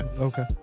Okay